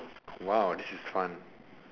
!wow! this is fun